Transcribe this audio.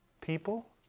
People